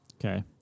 okay